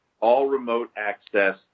all-remote-access